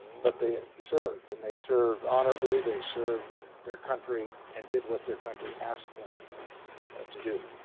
but they served and they serve honorably they served their country and did what their country asked them to do.